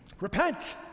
repent